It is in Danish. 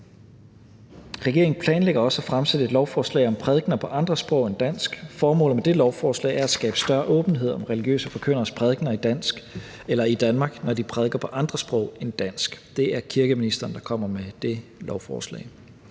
Regeringen planlægger også at fremsætte et lovforslag om prædikener på andre sprog end dansk. Formålet med det lovforslag er at skabe større åbenhed om religiøse forkynderes prædikener i Danmark, når de prædiker på andre sprog end dansk. Det er kirkeministeren, der kommer med det lovforslag.